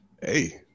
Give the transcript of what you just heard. Hey